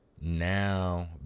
now